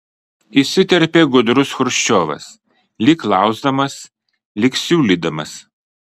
įsiterpė gudrus chruščiovas lyg klausdamas lyg siūlydamas